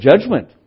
judgment